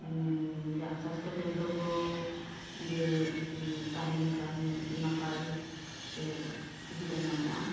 ᱡᱟᱦᱟᱸ ᱥᱟᱥᱛᱷᱚ ᱠᱮᱱᱫᱨᱚ ᱠᱚ ᱜᱮ ᱛᱟᱦᱮᱸ ᱞᱮᱱᱠᱷᱟᱱ ᱱᱟᱯᱟᱭ ᱥᱮ ᱥᱩᱵᱤᱫᱷᱟ ᱧᱟᱢᱚᱜᱼᱟ